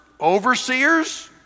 overseers